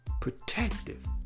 protective